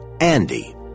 Andy